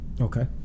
Okay